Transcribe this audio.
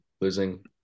losing